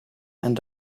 and